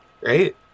Right